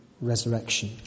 resurrection